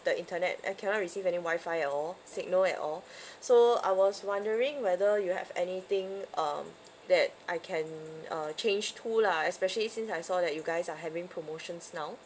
the internet I cannot receive any wifi at all signal at all so I was wondering whether you have anything um that I can uh change to lah especially since I saw that you guys are having promotions now